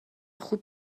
خوب